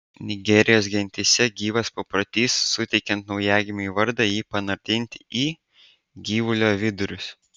nigerijos gentyse gyvas paprotys suteikiant naujagimiui vardą jį panardinti į gyvulio vidurius